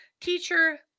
teacher